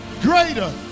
greater